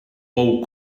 pou